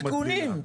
תיקונים.